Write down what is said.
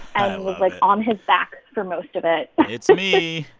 and and was, like, on his back for most of it it's me.